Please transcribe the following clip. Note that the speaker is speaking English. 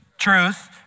truth